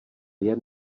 jen